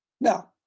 Now